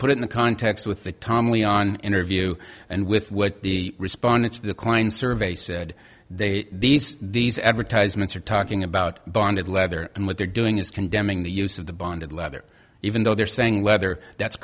put in the context with the tom lee on interview and with what the respondents declined survey said they these these advertisements are talking about bonded leather and what they're doing is condemning the use of the bonded leather even though they're saying leather that's